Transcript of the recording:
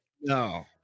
no